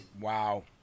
Wow